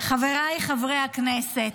חבריי חברי הכנסת,